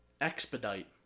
expedite